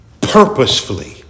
purposefully